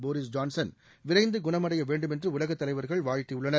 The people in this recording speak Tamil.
போரிஸ் ஜான்சன் விரைந்து குணமடைய வேண்டும் என்று உலக தலைவர்கள் வாழ்த்தியுள்ளனர்